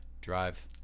Drive